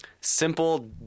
simple